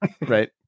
right